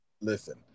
Listen